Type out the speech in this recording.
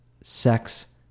sex